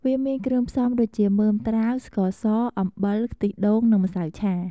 វាមានគ្រឿងផ្សំដូចជា មើមត្រាវ ស្ករស អំបិល ខ្ទិះដូង និង ម្សៅឆា។